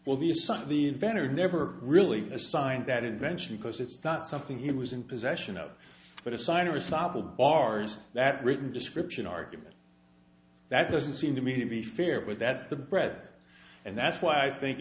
well the son of the inventor never really assigned that invention because it's not something he was in possession of but a sign or sop of bars that written description argument that doesn't seem to me to be fair but that's the bread and that's why i think